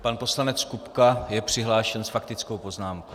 Pan poslanec Kupka je přihlášen s faktickou poznámkou.